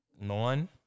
nine